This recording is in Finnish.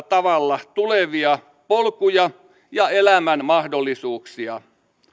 tavalla tulevia polkuja ja elämän mahdollisuuksia